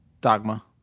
Dogma